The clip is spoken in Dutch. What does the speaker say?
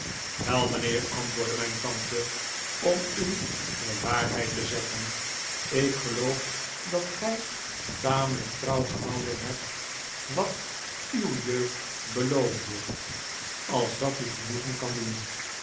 wel mijnheer antwoordde mijn tante om u de waarheid te zeggen ik geloof dat gij tamelijk trouw gehouden hebt wat uw jeugd beloofde als dat u genoegen kan doen